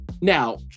Now